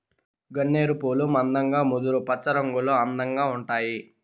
గన్నేరు పూలు మందంగా ముదురు పచ్చరంగులో అందంగా ఉంటాయి